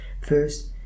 First